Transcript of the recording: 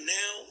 now